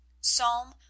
Psalm